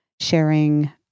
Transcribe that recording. sharing